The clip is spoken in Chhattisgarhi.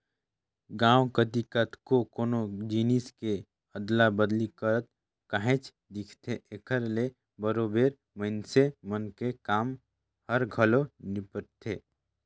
गाँव कोती कतको कोनो जिनिस के अदला बदली करत काहेच दिखथे, एकर ले बरोबेर मइनसे मन के काम हर घलो निपटथे